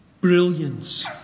brilliance